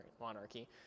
monarchy